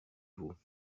vous